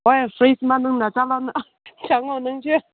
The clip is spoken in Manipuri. ꯍꯣꯏ ꯐ꯭ꯔꯤꯖ ꯃꯅꯨꯡꯗ ꯆꯪꯉꯣ ꯅꯪꯁꯨ